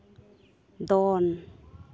ᱫᱚᱱ